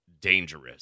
dangerous